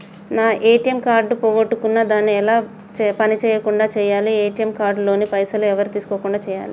నా ATM card పోగొట్టుకున్నా దాన్ని ఎలా పని చేయకుండా చేయాలి ఏ.టి.ఎమ్ కార్డు లోని పైసలు ఎవరు తీసుకోకుండా చేయాలి?